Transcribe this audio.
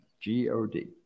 G-O-D